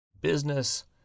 business